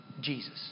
Jesus